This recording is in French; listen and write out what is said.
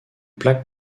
plaque